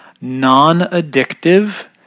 non-addictive